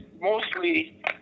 mostly